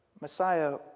Messiah